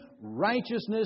righteousness